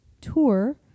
tour